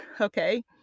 Okay